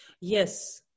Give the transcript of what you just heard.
Yes